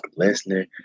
Lesnar